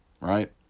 Right